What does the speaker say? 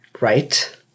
right